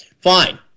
fine